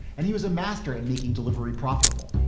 and he was a master at making delivery profitable.